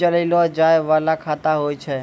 चलैलो जाय बाला खाता होय छै